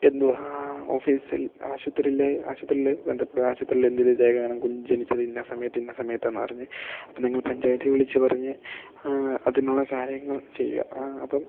എന്തുവാ ഓഫീസിൽ ആശുപത്രിയിലെ ആശുപത്രിയിൽ ബന്ധപ്പെടുക ആശുപത്രിൽ എന്തെങ്കിലും രേഖ കാണും കുഞ്ഞ് ജനിച്ചത് ഇന്ന സമയത്ത് ഇന്ന സമയത്താണെന്നു പറഞ്ഞ് അപ്പം നിങ്ങൾ പഞ്ചായത്തിൽ വിളിച്ച് പറഞ്ഞ് അതിനുള്ള കാര്യങ്ങൾ ചെയ്യുക അപ്പം